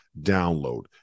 download